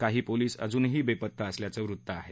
काही पोलीस अजूनही बेपत्ता असल्याचं वृत्त आहे